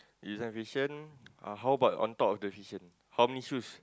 design fashion uh how about on top of the fashion how many shoes